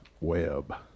web